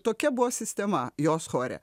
tokia buvo sistema jos chore